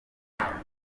ikibazo